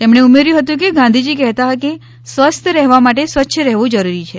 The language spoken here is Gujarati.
તેમણે ઉમેર્યું હતું કે ગાંધીજી કહેતા કે સ્વસ્થ રહેવા માટે સ્વ ચ્છ રહેવું જરૂરી છે